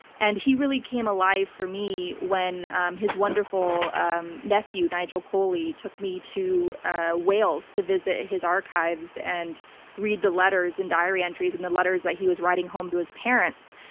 and he really came alive for me when um his wonderful um nephew, nigel colley, took me to ah wales to visit his archives and read the letters and diary entries and the letters that he was writing home to his parents.